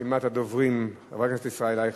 רשימת הדוברים: חבר הכנסת ישראל אייכלר,